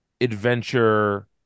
adventure